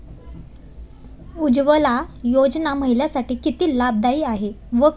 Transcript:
उज्ज्वला योजना महिलांसाठी किती लाभदायी आहे व कशी?